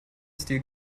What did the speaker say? stil